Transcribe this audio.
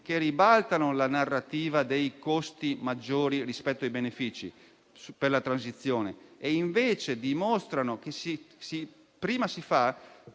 che ribaltano la narrativa dei costi maggiori rispetto ai benefici per la transizione e invece dimostrano che prima si fa